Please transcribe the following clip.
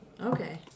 Okay